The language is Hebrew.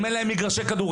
אם אין להם מגרשי כדורגל,